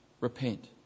Repent